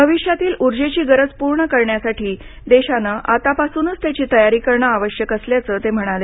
भविष्यातील ऊर्जेची गरज पूर्ण करण्यासाठी देशानं आतापासूनच त्याची तयारी करणं आवश्यक असल्याचं ते म्हणाले